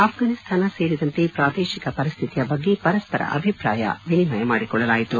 ಆಫ್ಫಾನಿಸ್ತಾನ ಸೇರಿದಂತೆ ಪ್ರಾದೇಶಿಕ ಪರಿಸ್ಠಿತಿಯ ಬಗ್ಗೆ ಪರಸ್ಪರ ಅಭಿಪ್ರಾಯ ವಿನಿಮಯ ಮಾಡಿಕೊಳ್ಳಲಾಯಿತು